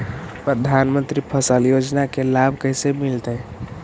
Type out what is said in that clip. प्रधानमंत्री फसल योजना के लाभ कैसे मिलतै?